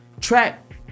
track